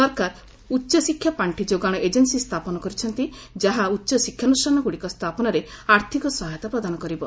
ସରକାର ଉଜ୍ଚଶିକ୍ଷା ପାର୍ଷି ଯୋଗାଣ ଏଜେନ୍ସୀ ସ୍ଥାପନ କରିଛନ୍ତି ଯାହା ଉଚ୍ଚ ଶିକ୍ଷାନ୍ଦ୍ରଷ୍ଠାନଗ୍ରଡିକ ସ୍ଥାପନରେ ଆର୍ଥକ ସହାୟତା ପ୍ରଦାନ କରିବ